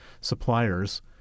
suppliers